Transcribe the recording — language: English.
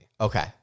Okay